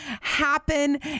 happen